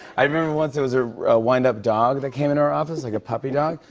i remember once it was a windup dog that came into our office. like a puppy dog,